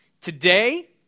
Today